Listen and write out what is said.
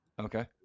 Okay